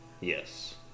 Yes